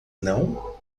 não